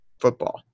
football